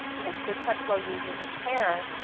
you know, they're such slow users of care.